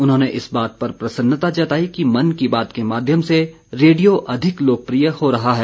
उन्होंने इस बात पर प्रसन्नता जताई कि मन की बात के माध्यम से रेडियो अधिक लोकप्रिय हो रहा है